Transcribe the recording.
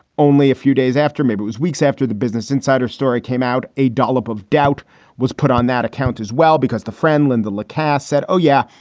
only a few days after maybe it was weeks after the business insider story came out. a dollop of doubt was put on that account as well, because the friend linda lacaze said, oh, yeah,